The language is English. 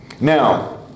Now